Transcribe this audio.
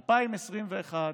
2021,